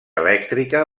elèctrica